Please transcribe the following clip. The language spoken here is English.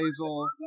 basil